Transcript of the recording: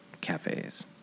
cafes